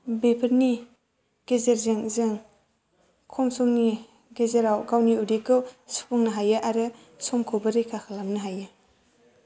बेफोरनि गेजेरजों जों खम समनि गेजेराव गावनि उदैखौ सुफुंनो हायो आरो समखौबो रैखा खालामनो हायो